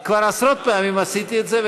עשרות פעמים עשיתי את זה,